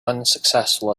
unsuccessful